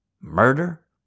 murder